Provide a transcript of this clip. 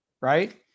Right